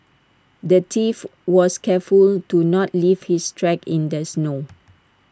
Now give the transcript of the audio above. the thief was careful to not leave his tracks in the snow